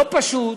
לא פשוט.